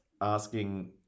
asking